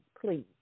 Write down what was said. please